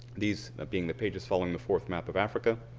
these being the pages following the fourth map of africa